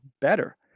better